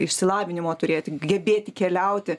išsilavinimą turėti gebėti keliauti